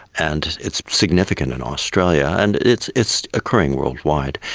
and it's significant in australia and it's it's occurring worldwide,